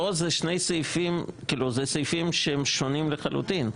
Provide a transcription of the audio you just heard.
פה זה סעיפים שהם שונים לחלוטין.